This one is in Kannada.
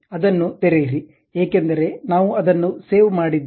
ಅದನ್ನು ತೆರೆಯಿರಿ ಏಕೆಂದರೆ ನಾವು ಅದನ್ನು ಸೇವ್ ಮಾಡಿದ್ದೇವೆ